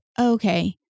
okay